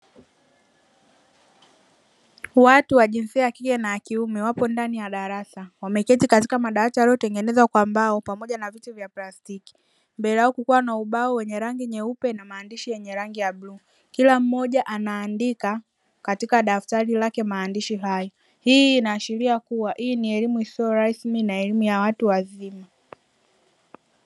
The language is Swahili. Watu wa jinsia ya, kike na kiume, wapo ndani ya darasa. Wameketi katika madawati yaliyotengenezwa kwa mbao pamoja na vitu vya plastiki. Mbele yao, kukiwa na ubao wenye rangi nyeupe na maandishi yenye rangi ya bluu. Kila mmoja anaandika katika daftari lake maandishi hayo. Hii inaashiria kuwa, hii ni elimu isiyo rasmi na elimu ya watu wazima.